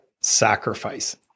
sacrifice